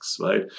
right